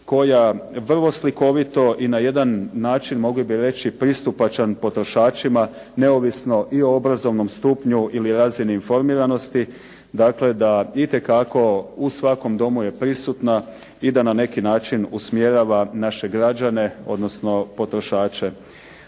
koja vrlo slikovito i na jedan način mogli bi reći pristupačan potrošačima neovisno i o obrazovnom stupnju ili razini informiranosti, dakle da itekako u svakom domu je prisutna i da na neki način usmjerava naše građane, odnosno potrošače.